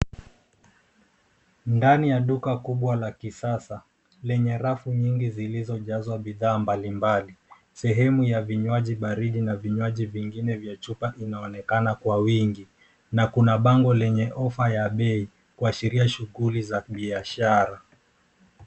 Ndani ya duka kubwa la kisasa lenye rafu nyingi zilizojazwa bidhaa mbalimbali. Sehemu ya vinywaji baridi na vinywaji vingine vya chupa vinaonekana kwa wingi na kuna bango lenye ofa ya bei kuashiria shughuli za biashara.